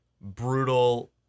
brutal